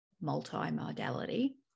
multi-modality